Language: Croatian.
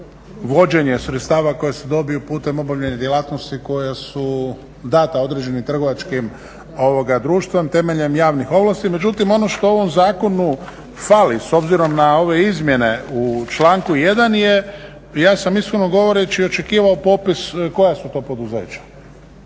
vođenje sredstava koje se dobiju putem obavljanja djelatnosti koja su dana određenim trgovačkim društvom temeljem javnih ovlasti. Međutim, ovo što ovom zakonu fali s obzirom na ove izmjene u članku 1.je ja sam iskreno govoreći očekivao popis koja su to poduzeća.